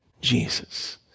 Jesus